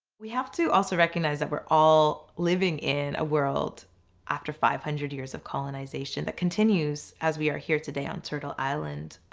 we have to also recognize that we're all living in a world after five-hundred years of colonization that continues as we are here today on turtle island,